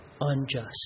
unjust